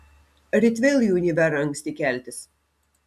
ryt vėl į univerą anksti keltis